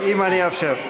אם אני אאפשר.